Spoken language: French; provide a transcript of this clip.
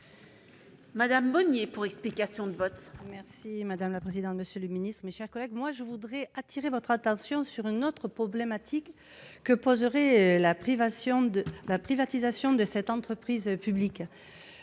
Monier, pour explication de vote. Madame la présidente, monsieur le ministre, mes chers collègues, je veux attirer votre attention sur une autre problématique que poserait la privatisation de cette entreprise publique